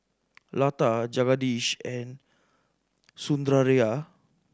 Lata Jagadish and Sundaraiah